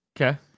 Okay